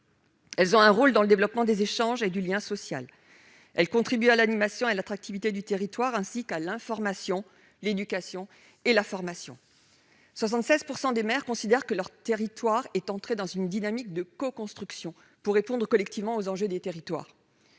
Elles ont un rôle dans le développement des échanges et du lien social. Elles contribuent à l'animation et à l'attractivité du territoire ainsi qu'à l'information, l'éducation et la formation. Ainsi, 76 % des maires considèrent que leur territoire est entré dans une dynamique de coconstruction pour répondre collectivement aux enjeux des territoires.